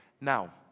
Now